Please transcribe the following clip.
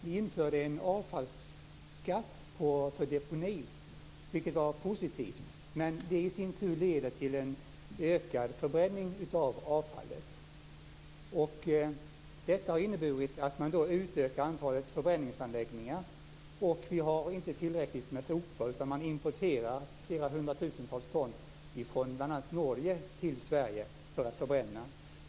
Vi införde en avfallsskatt för deponi, vilket var positivt. Men det i sin tur leder till en ökad förbränning av avfallet. Detta har inneburit att man utökar antalet förbränningsanläggningar. Vi har inte tillräckligt med sopor utan man importerar flera hundratusentals ton från bl.a. Norge för att förbränna.